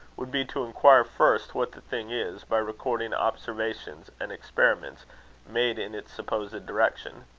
would be to inquire first what the thing is, by recording observations and experiments made in its supposed direction.